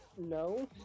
No